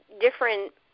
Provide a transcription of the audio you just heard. different